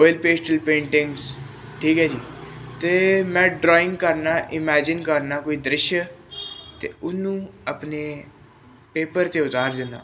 oil pastel paintings ਠੀਕ ਹੈ ਜੀ ਅਤੇ ਮੈਂ ਡਰਾਇੰਗ ਕਰਨਾ ਇਮੈਜਿਨ ਕਰਨਾ ਕੋਈ ਦ੍ਰਿਸ਼ ਅਤੇ ਉਹਨੂੰ ਆਪਣੇ ਪੇਪਰ 'ਚ ਉਤਾਰ ਦਿੰਦਾ